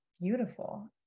beautiful